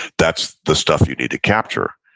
that's the stuff you need to capture.